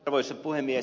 arvoisa puhemies